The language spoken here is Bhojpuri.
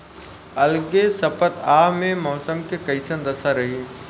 अलगे सपतआह में मौसम के कइसन दशा रही?